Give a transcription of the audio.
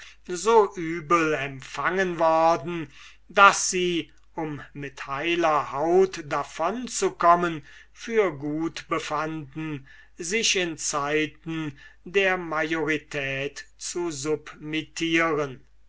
so übel empfangen worden daß sie um mit heiler haut davon zu kommen für gut befanden sich in zeiten den majoribus zu